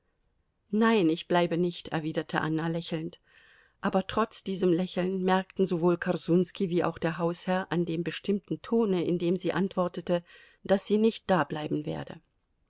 nein ich bleibe nicht erwiderte anna lächelnd aber trotz diesem lächeln merkten sowohl korsunski wie auch der hausherr an dem bestimmten tone in dem sie antwortete daß sie nicht dableiben werde